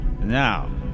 Now